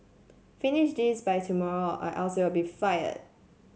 finish this by tomorrow or else you'll be fired